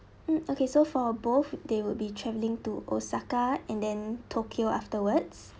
mm okay so for both they would be travelling to osaka and then tokyo afterwards